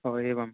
ओ एवं